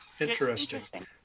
interesting